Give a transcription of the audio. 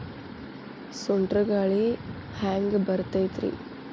ಸುಂಟರ್ ಗಾಳಿ ಹ್ಯಾಂಗ್ ಬರ್ತೈತ್ರಿ?